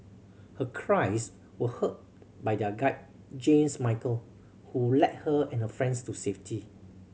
her cries were heard by their guide James Michael who led her and her friends to safety